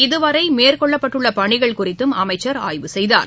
இதுவரை மேற்கொள்ளப்பட்டுள்ள பணிகள் குறித்தும் அமைச்சர் ஆய்வு செய்தார்